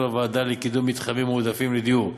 בוועדה לקידום מתחמים מועדפים לדיור,